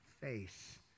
face